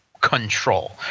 control